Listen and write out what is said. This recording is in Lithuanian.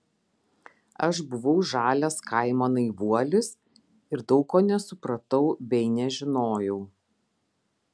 aš buvau žalias kaimo naivuolis ir daug ko nesupratau bei nežinojau